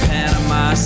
Panama